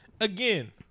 again